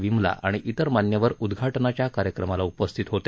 विमला आणि इतर मान्यवर उद्घाटनाच्या कार्यक्रमाला उपस्थित होते